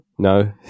No